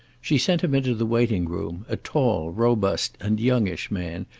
she sent him into the waiting-room, a tall, robust and youngish man,